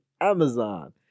amazon